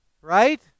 Right